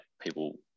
people